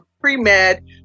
pre-med